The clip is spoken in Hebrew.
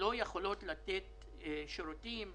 ולא יכולות לתת שירותים,